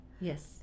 Yes